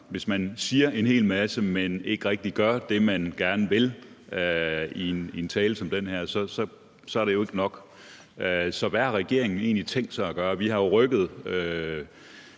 i en tale siger en hel masse, men man ikke rigtig gør det, man gerne vil, så ikke er nok. Så hvad har regeringen egentlig tænkt sig at gøre? Vi har jo rykket